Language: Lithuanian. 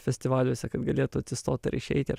festivaliuose kad galėtų atsistot ar išeiti ar